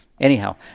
Anyhow